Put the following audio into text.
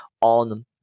on